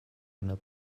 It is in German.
einer